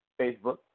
Facebook